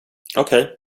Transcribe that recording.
okej